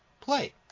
play